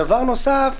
דבר נוסף,